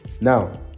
Now